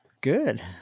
good